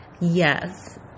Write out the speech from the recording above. yes